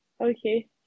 Okay